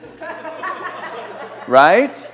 Right